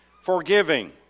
forgiving